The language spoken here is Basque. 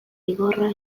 zigorra